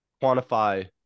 quantify